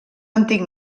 antic